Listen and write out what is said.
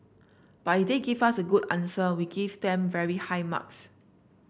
but if they give us a good answer we give them very high marks